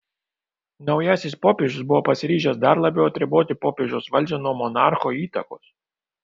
naujasis popiežius buvo pasiryžęs dar labiau atriboti popiežiaus valdžią nuo monarcho įtakos